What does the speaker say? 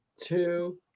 two